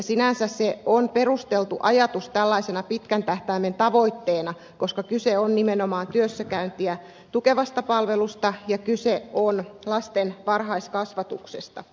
sinänsä se on perusteltu ajatus tällaisena pitkän tähtäimen tavoitteena koska kyse on nimenomaan työssäkäyntiä tukevasta palvelusta ja kyse on lasten varhaiskasvatuksesta